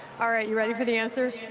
alright you ready for the answer?